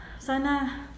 sana